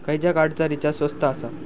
खयच्या कार्डचा रिचार्ज स्वस्त आसा?